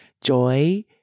Joy